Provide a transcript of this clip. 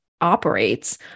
operates